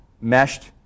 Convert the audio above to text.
meshed